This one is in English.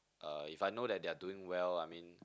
uh if I know that they are doing well I mean